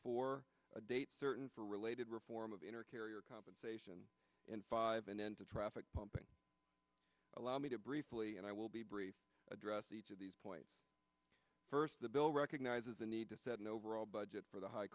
for a date certain for related reform of inner carrier compensation in five and then to traffic pumping allow me to briefly and i will be brief address each of these points first the bill recognizes the need to set an overall budget for the high